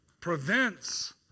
prevents